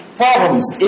problems